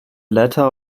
latter